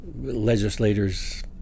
legislators